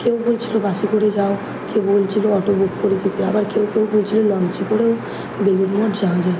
কেউ বলছিলো বাসে করে যাও কেউ বলছিলো অটো বুক করে যেতে আবার কেউ কেউ বলছিলো লঞ্চে করেও বেলুড় মঠ যাওয়া যায়